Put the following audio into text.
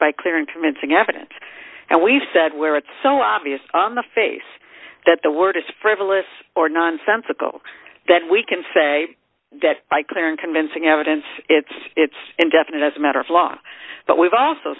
by clear and convincing evidence and we've said where it's so obvious on the face that the word is frivolous or nonsensical then we can say that by clear and convincing evidence it's it's indefinite as a matter of law but we've also